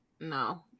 no